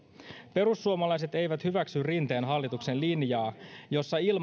perussuomalaiset eivät hyväksy rinteen hallituksen linjaa jossa